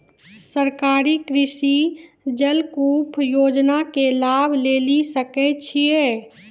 सरकारी कृषि जलकूप योजना के लाभ लेली सकै छिए?